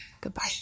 Goodbye